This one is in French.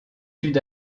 sud